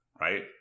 right